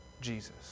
Jesus